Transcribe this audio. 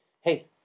hey